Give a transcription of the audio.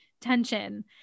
tension